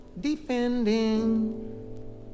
defending